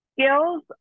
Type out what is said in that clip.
skills